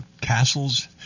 castles